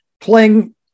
playing